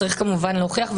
צריך כמובן להוכיח,